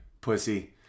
pussy